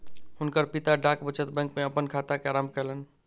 हुनकर पिता डाक बचत बैंक में अपन खाता के आरम्भ कयलैन